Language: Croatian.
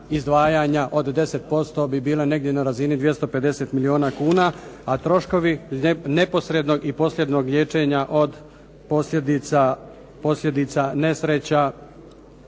izdvajanja od 10% bi bila negdje na razini 250 milijuna kuna, a troškovi neposrednog i posrednog liječenja od posljedica nesreća